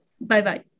Bye-bye